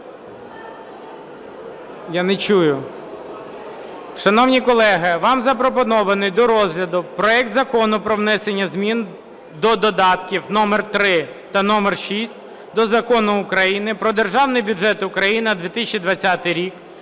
3712. Шановні колеги, вам запропонований до розгляду проект Закону про внесення змін до додатків № 3 та № 6 до Закону України "Про Державний бюджет України на 2020 рік"